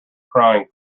crying